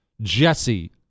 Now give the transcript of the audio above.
jesse